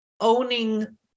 owning